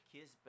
kiss